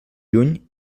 lluny